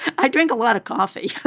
i drink a lot of coffee.